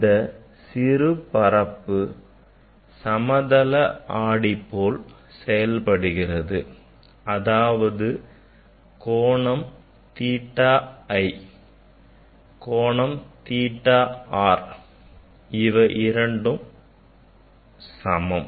இந்த சிறு பரப்பு சமதள ஆடி போல் செயல்படுகிறது அதாவது கோணம் theta i கோணம் theta r இவையிரண்டும் சமம்